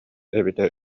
эбитэ